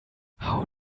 how